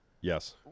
Yes